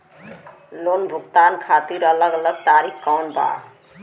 Loan भुगतान खातिर अलग अलग तरीका कौन बा?